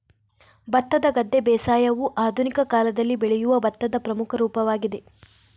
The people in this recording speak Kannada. ಭತ್ತದ ಗದ್ದೆ ಬೇಸಾಯವು ಆಧುನಿಕ ಕಾಲದಲ್ಲಿ ಬೆಳೆಯುವ ಭತ್ತದ ಪ್ರಮುಖ ರೂಪವಾಗಿದೆ